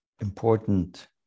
important